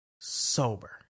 sober